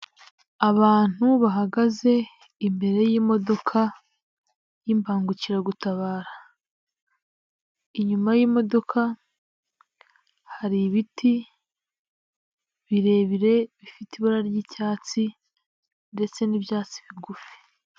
Abantu bahagaze imbere y'imodoka y'imbangukiragutabara, inyuma y'imodoka hari ibiti birebire bifite ibara ry'icyatsi ndetse n'ibyatsi bigufi.